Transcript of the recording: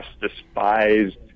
despised